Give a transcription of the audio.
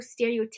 stereotypical